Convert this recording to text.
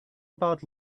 about